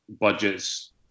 budgets